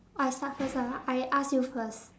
I start first ah I ask you first